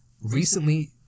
recently